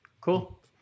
Cool